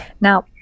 Now